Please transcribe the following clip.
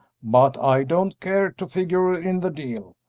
but i don't care to figure in the deal.